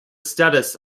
status